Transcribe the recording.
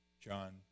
John